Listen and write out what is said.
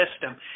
system